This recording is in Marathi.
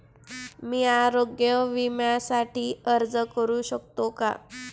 मी आरोग्य विम्यासाठी अर्ज करू शकतो का?